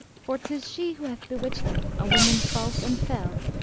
for tis she who hath bewitched me, a woman false and fell,